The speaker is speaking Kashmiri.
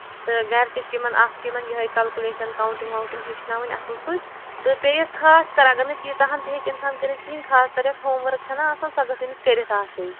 تہٕ گرِ تہِ چھُ یِمن اکھ چھُ یِمن یِہےَ کَلکوٗلیشَن کاوٹِنٛگ ووٹِنٛگ ہیٚچھناوٕنۍ اَصٕل پٲٹھۍ تہٕ بیٚیہِ ٲسۍ خاص کر اَگر نہٕ تیٖژاہن تہِ ہیٚکہِ اِنسان کٔرِتھ کِہیٖنٛۍ خاص کر یَتھ ہوٗم ؤرٕک چھَناہ آسان سۄ گژھ أمِس کٔرِتھ آسٕںۍ